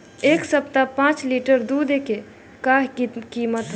एह सप्ताह पाँच लीटर दुध के का किमत ह?